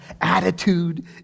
Attitude